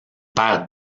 perd